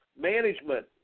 management